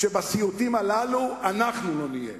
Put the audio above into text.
שבסיוטים הללו אנחנו לא נהיה.